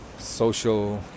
social